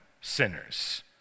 sinners